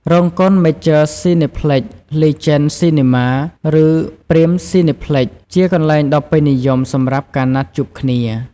រោងកុន Major Cineplex, Legend Cinema, ឬ Prime Cineplex ជាកន្លែងដ៏ពេញនិយមសម្រាប់ការណាត់ជួបគ្នា។